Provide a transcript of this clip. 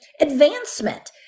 advancement